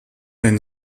ein